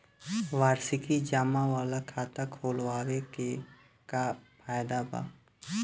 वार्षिकी जमा वाला खाता खोलवावे के का फायदा बा?